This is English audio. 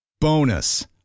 Bonus